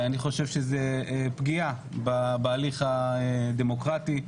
אני חושב שזו פגיעה בהליך הדמוקרטי.